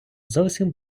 зовсім